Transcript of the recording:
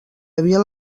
havia